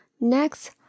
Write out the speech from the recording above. Next